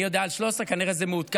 אני יודע על 13, כנראה זה מעודכן.